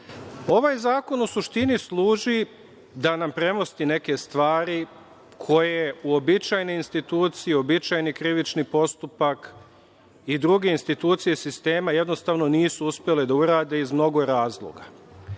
zakon u suštini služi da nam premosti neke stvari koje uobičajene institucije, uobičajeni krivični postupak i druge institucije sistema jednostavno nisu uspele da urade iz mnogo razloga.